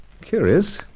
curious